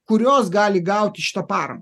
kurios gali gauti šitą paramą